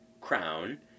crown